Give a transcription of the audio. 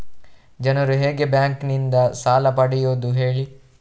ಜನರು ಹೇಗೆ ಬ್ಯಾಂಕ್ ನಿಂದ ಸಾಲ ಪಡೆಯೋದು ಹೇಳಿ